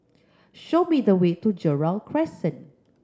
show me the way to Gerald Crescent